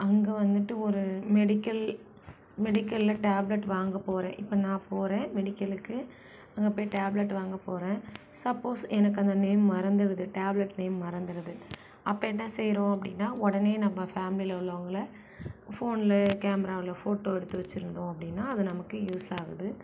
அங்கே வந்துட்டு ஒரு மெடிக்கல் மெடிக்கல்ல டேப்லெட் வாங்கப் போகிறேன் இப்போ நான் போகிறேன் மெடிக்கலுக்கு அங்கே போயி டேப்லெட் வாங்கப் போகிறேன் சப்போஸ் எனக்கு அந்த நேம் மறந்துடுது டேப்லெட் நேம் மறந்துடுது அப்போ என்ன செய்கிறோம் அப்படின்னா உடனே நம்ம ஃபேமிலியில உள்ளவங்களை ஃபோன்ல கேமராவில் ஃபோட்டோ எடுத்து வச்சிருந்தோம் அப்படின்னா அது நமக்கு யூஸ்ஸாகுது